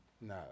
No